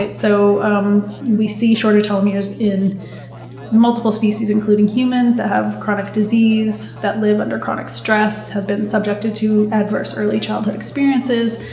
so um we see shorter telomeres in multiple species, including humans that have chronic disease, that live under chronic stress, have been subjected to adverse early childhood experiences.